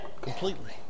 completely